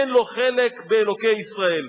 אין לו חלק באלוקי ישראל.